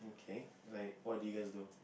K like what do you guys do